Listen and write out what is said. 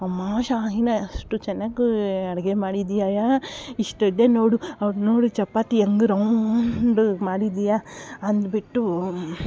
ಅಮ್ಮ ಶಾಹಿನಾ ಅಷ್ಟು ಚೆನ್ನಾಗಿ ಅಡಿಗೆ ಮಾಡಿದ್ಯಾ ಇಷ್ಟು ಇದ್ದೆ ನೋಡು ಅವರ ನೋಡು ಚಪಾತಿ ಹೆಂಗೆ ರೌಂಡ್ ಮಾಡಿದ್ಯಾ ಅನ್ಬಿಟ್ಟು